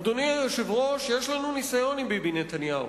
אדוני היושב-ראש, יש לנו ניסיון עם ביבי נתניהו.